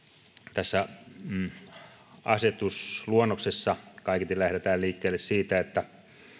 tässä asetusluonnoksessa kaiketi lähdetään liikkeelle siitä että